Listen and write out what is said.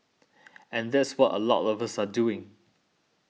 and that's what a lot us are doing